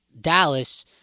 Dallas—